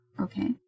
Okay